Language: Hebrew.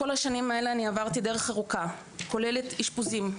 כל השנים האלה אני עברתי דרך ארוכה שכוללת אשפוזים,